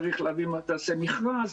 צריך לעשות מכרז.